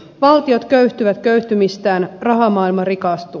valtiot köyhtyvät köyhtymistään rahamaailma rikastuu